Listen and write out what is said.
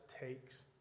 takes